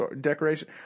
decoration